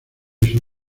eso